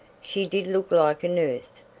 she did look like a nurse,